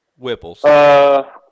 Whipples